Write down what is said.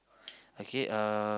okay uh